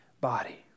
body